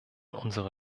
unsere